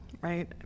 Right